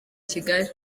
kigali